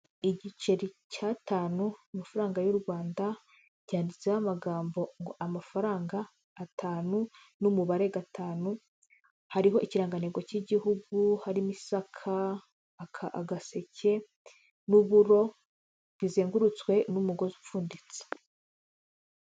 Igiceri cy'atanu amafaranga y'u Rwanda cyanditseho, amagambo ngo amafaranga atanu n'umubare gatanu. Hariho ikiranganitego cy'Igihugu, harimo isaka, hakaba agaseke n'uburo bizengurutswe n'umugozi upfunditse.